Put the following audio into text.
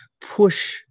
push